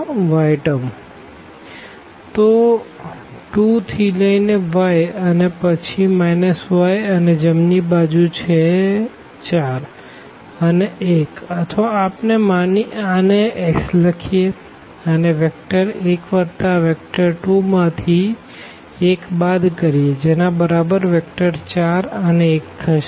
1 2 1 1 x y 4 1 તો 2 થી લઈને y અને પછી y અને જમણી બાજુ છે 4 અને 1 અથવા આપણે આને x લખીએ અને વેક્ટર 1 વત્તા આ વેક્ટર 2 માં થી 1 બાદ કરીએ જેના બરાબર વેક્ટર 4 અને 1 થશે